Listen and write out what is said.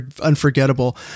unforgettable